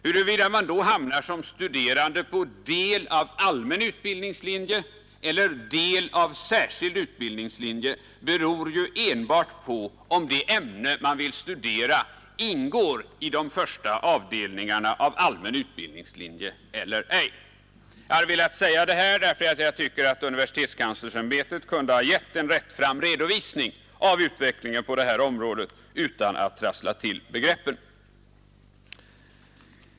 Huruvida man då hamnar som studerande på del av allmän utbildningslinje eller del av särskild utbildningslinje beror ju enbart på om det ämne man vill studera ingår i de första avdelningarna av allmän utbildningslinje eller ej. Jag har velat säga det här, eftersom jag tycker att universitetskanslersämbetet kunde ha gett en rättfram redovisning av utvecklingen på området utan att trassla till begreppen.